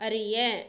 அறிய